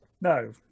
no